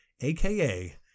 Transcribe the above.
AKA